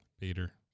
Peter